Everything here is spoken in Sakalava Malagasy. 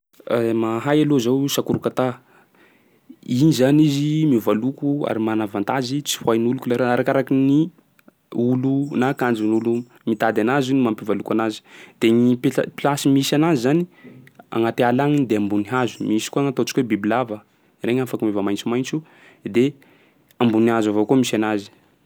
Mahay aloha zaho: sakorokatà. Iny zany izy miova loko ary mana avantage tsy ho hain'olo couleur, arakaraky ny olo na akanjon'olo mitady anazy no mampiova loko anazy. De gny peta- plasy misy anazy zany agnaty ala agny i de ambony hazo. Misy koa gny ataontsika hoe bibilava, regny afaky miova maitsomaitso de ambony hazo avao koa misy anazy.